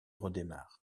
redémarre